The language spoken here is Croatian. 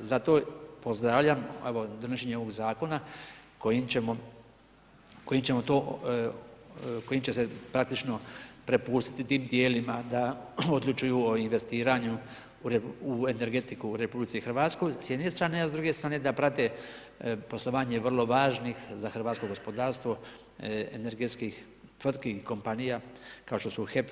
Zato pozdravljam donošenje ovog zakona, kojim ćemo to, kojim će se praktičko propustiti tim tijelima, da odlučuju o investiranju u energetiku u RH, s jedne strane, a s druge strane da prate poslovanje, vrlo važnih, za hrvatsko gospodarstvo, energetskih tvrtki, kompanija, kao što su HEP,